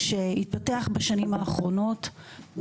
שהתפתח בשנים האחרונות,